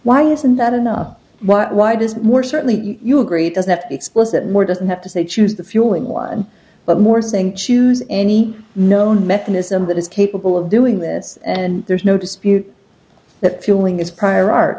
why isn't that enough why does more certainly you agree doesn't have to be explicit more doesn't have to say choose the fueling one but more saying choose any known mechanism that is capable of doing this and there's no dispute that feeling is prior ar